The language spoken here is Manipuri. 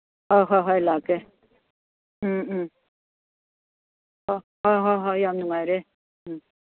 ꯑꯥ ꯍꯣꯏ ꯍꯣꯏ ꯂꯥꯛꯀꯦ ꯎꯝ ꯎꯝ ꯍꯣꯏ ꯍꯣꯏ ꯍꯣꯏ ꯌꯥꯝ ꯅꯨꯡꯉꯥꯏꯔꯦ ꯎꯝ